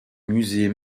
musée